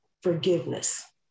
forgiveness